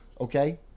okay